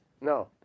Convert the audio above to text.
No